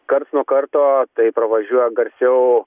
karts nuo karto tai pravažiuoja garsiau